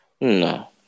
no